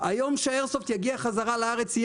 היום שאיירסופט יגיע חזרה לארץ יהיה